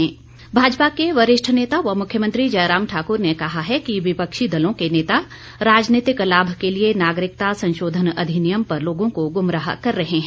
मुख्यमंत्री भाजपा के वरिष्ठ नेता व मुख्यमंत्री जयराम ठाक्र ने कहा है कि विपक्षी दलों के नेता राजनीतिक लाभ के लिए नागरिकता संशोधन अधिनियम पर लोगों को गुमराह कर रहे हैं